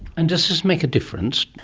and does this make a difference?